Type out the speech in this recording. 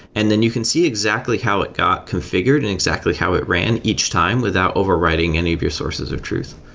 and then you can see exactly how it got configured and exactly how it ran each time without overwriting any of your sources of truth.